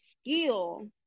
skill